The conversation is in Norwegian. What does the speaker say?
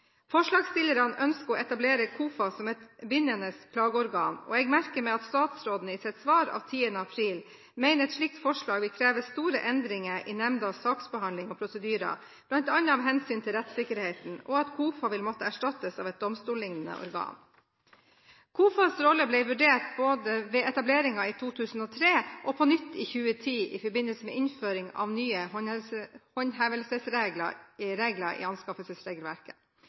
Forslagsstillerne ønsker å etablere KOFA som et bindende klageorgan. Jeg merker meg at statsråden i sitt svar av 10. april mener et slikt forslag vil kreve store endringer i nemndas saksbehandling og prosedyrer – bl.a. av hensyn til rettssikkerheten – og at KOFA vil måtte erstattes av et domstollignende organ. KOFAs rolle ble vurdert både ved etableringen i 2003 og på nytt i 2010, i forbindelse med innføring av nye håndhevelsesregler i anskaffelsesregelverket.